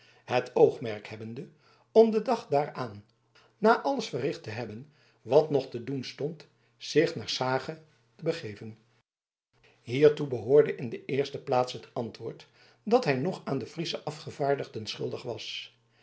het oogmerk hebbende om den dag daar aan na alles verricht te hebben wat nog te doen stond zich naar s hage te begeven hiertoe behoorde in de eerste plaats het antwoord dat hij nog aan de friesche afgevaardigden schuldig was